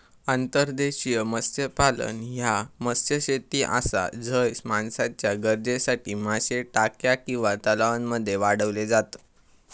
अंतर्देशीय मत्स्यपालन ह्या मत्स्यशेती आसा झय माणसाच्या गरजेसाठी मासे टाक्या किंवा तलावांमध्ये वाढवले जातत